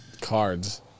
cards